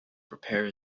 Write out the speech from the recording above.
prepare